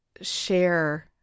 share